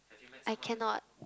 I cannot